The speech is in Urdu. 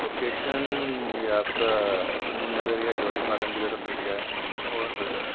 لوکیشن یہ آپ کا نور نگر یا جوہری فارم کی طرف مل جائے اور